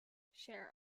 share